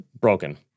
broken